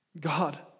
God